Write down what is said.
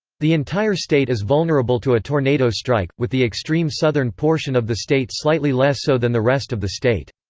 the entire state is vulnerable to a tornado strike, with the extreme southern portion of the state slightly less so than the rest of the state.